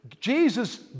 Jesus